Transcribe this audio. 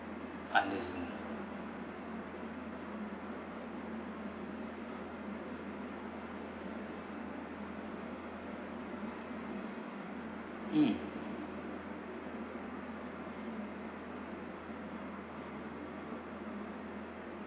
understand mm